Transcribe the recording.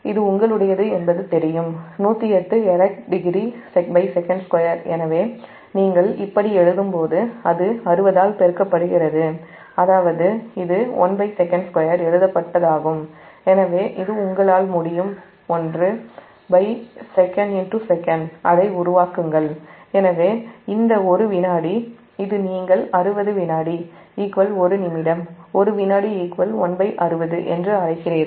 இது உங்களுடையது என்பது தெரியும் 108 elect degreesec2 எனவே நீங்கள் இப்படி எழுதும்போது அது 60 ஆல் பெருக்கப்படுகிறது அதாவது இது 1sec2 எழுதப்பட்ட தாகும் எனவே இது உங்களால் முடியும் 1secsec அதை உருவாக்குங்கள் எனவே இந்த 1 வினாடி வலது இது நீங்கள் 60 வினாடி 1 நிமிடம் 1 வினாடி160 என்று அழைக்கிறீர்கள்